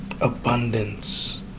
Abundance